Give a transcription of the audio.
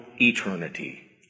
eternity